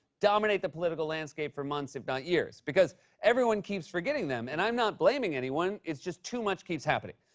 dominate the political landscape for months, if not years. because everyone keeps forgetting them. and i'm not blaming anyone. it's just too much keeps happening.